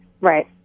right